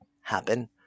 happen